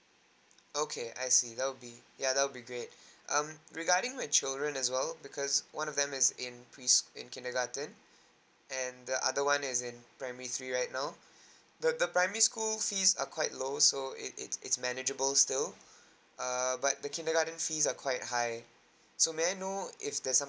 okay I see that'll be ya that'll be good um regarding my children as well because one of them is in pres in kindergarten and the other one is in primary three right now the the primary school fees are quite low so it it's it's manageable still err but the kindergarten fees are quite high so may I know if there's some